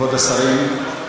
כבוד השרים,